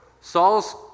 Saul's